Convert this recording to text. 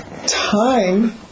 Time